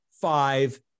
five